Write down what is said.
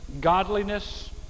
godliness